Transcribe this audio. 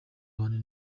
abane